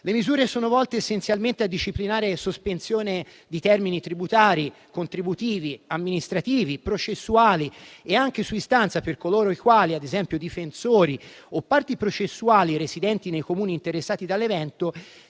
Le misure sono volte essenzialmente a disciplinare la sospensione di termini tributari, contributivi, amministrativi e processuali, anche su istanza di coloro i quali - ad esempio difensori o parti processuali residenti nei Comuni interessati dall'evento